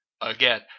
Again